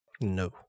No